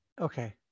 Okay